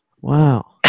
wow